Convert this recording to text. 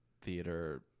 theater